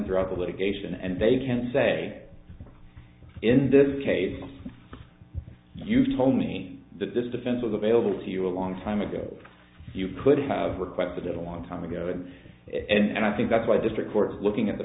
throughout the litigation and they can say in this case you told me that this defense was available to you a long time ago you could have requested it a long time ago and it and i think that's why district courts looking at the